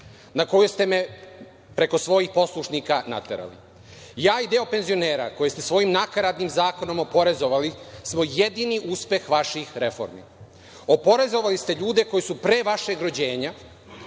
na koju ste me preko svojih poslušnika naterali. Ja i deo penzionera, koje ste svojim nakaradnim zakonom oporezovali, smo jedini uspeh vaših reformi. Oporezovali ste ljude koji su pre vašeg rođenja